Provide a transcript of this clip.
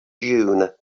dune